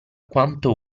quanto